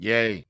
Yay